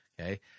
Okay